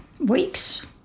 weeks